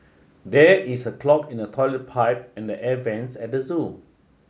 there is a clog in the toilet pipe and the air vents at the zoo